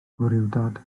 gwrywdod